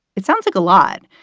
it sounds like a lot,